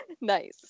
Nice